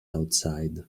outside